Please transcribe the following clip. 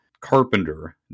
Carpenter